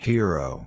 Hero